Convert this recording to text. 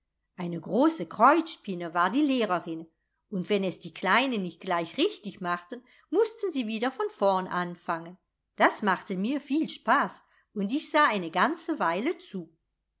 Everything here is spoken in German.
eine große kreuzspinne war die lehrerin und wenn es die kleinen nicht gleich richtig machten mußten sie wieder von vorn anfangen das machte mir viel spaß und ich sah eine ganze weile zu